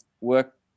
work